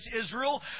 Israel